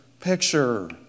picture